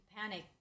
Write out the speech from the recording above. panic